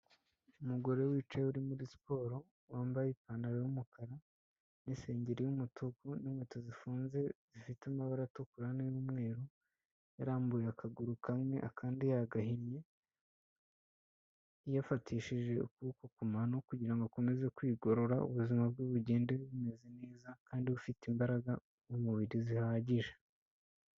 Umugore wicaye uri muri siporo, wambaye ipantaro y'umukara n'isengeri y'umutuku n'inkweto zifunze, zifite amabara atukura n'umweru, yarambuye akaguru kamwe akandi yagahinnye, yafatishije ukuboko ku mano kugira ngo akomeze kwigorora, ubuzima bwe bugende bumeze neza kandi bufite imbaraga z'umubiri zihagije.